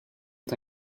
ont